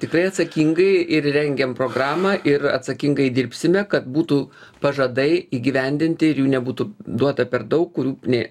tikrai atsakingai ir rengėm programą ir atsakingai dirbsime kad būtų pažadai įgyvendinti ir jų nebūtų duota per daug kurių nė